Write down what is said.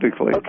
Okay